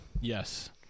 Yes